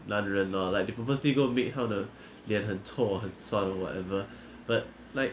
男人 lor like they purposely go and make 他们的脸很臭很酸 or whatever but like